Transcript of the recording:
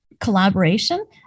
collaboration